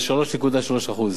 ל-3.3%.